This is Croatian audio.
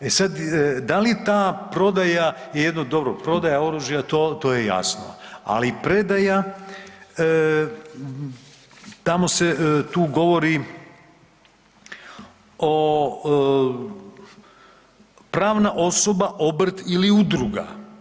E sad, da li je ta prodaja, jedno dobro prodaja oružja to, to je jasno, ali predaja, tamo se, tu govori o pravna osoba, obrt ili udruga.